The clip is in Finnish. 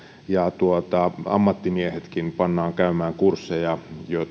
ja ammattimiehetkin pannaan käymään kursseja